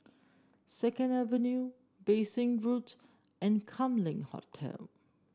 Second Avenue Bassein Road and Kam Leng Hotel